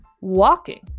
walking